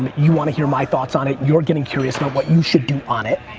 um you want to hear my thoughts on it. you're getting curious about what you should do on it.